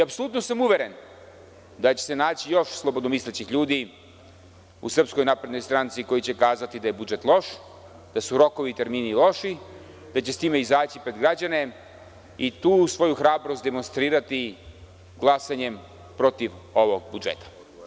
Apsolutno sam uveren da će se naći još slobodnomislećih ljudi u SNS koji će kazati da je budžet loš, da su rokovi i termini loši, da će s time izaći pred građane i tu svoju hrabrost demonstrirati glasanjem protiv ovog budžeta.